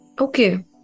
Okay